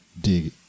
dig